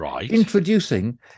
introducing